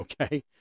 okay